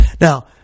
Now